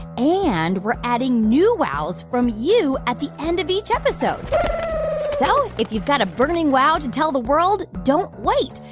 and we're adding new wows from you at the end of each episode so if you've got a burning wow to tell the world, don't wait.